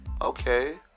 Okay